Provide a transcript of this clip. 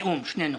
בתיאום של שנינו.